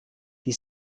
die